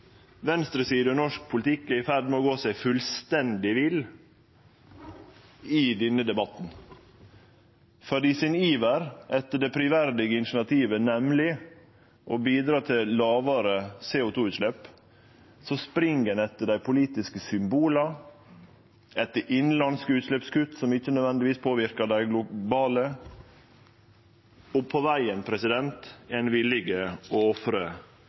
norsk politikk er i ferd med å gå seg fullstendig vill i denne debatten. I sin iver etter det prisverdige initiativet, nemleg å bidra til lågare CO 2 -utslepp, spring ein etter dei politiske symbola, etter innanlandske utsleppskutt som ikkje nødvendigvis påverkar dei globale, og på vegen er ein villig til å ofre